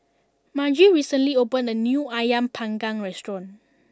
Margy recently opened a new Ayam Panggang restaurant